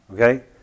Okay